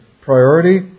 priority